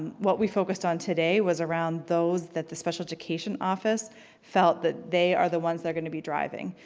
what we focused on today was around those that the special education office felt that they are the ones that are gonna be driving.